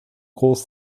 groß